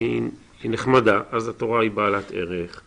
‫היא נחמדה, אז התורה היא בעלת ערך.